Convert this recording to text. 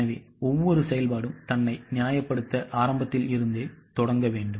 எனவே ஒவ்வொரு செயல்பாடும் தன்னை நியாயப்படுத்த ஆரம்பத்தில் இருந்தே தொடங்க வேண்டும்